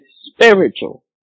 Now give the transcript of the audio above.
spiritual